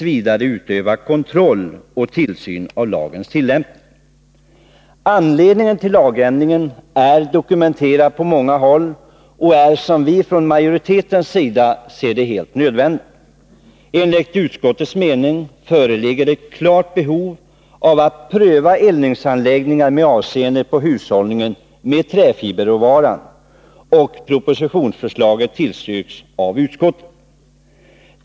v. utöva kontroll och tillsyn av lagens tillämpning. Anledningen till lagändringen är dokumenterad på många håll och är, som vi från majoritetens sida ser det, helt nödvändig. Enligt utskottets mening föreligger ett klart behov av att pröva eldningsanläggningar med avseende på hushållning med träfiberråvara. Propositionsförslaget tillstyrks av utskottet.